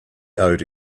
owed